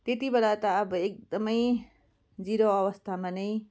त्यतिबेला त अब एकदमै जिरो अवस्थामा नै